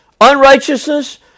Unrighteousness